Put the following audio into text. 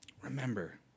remember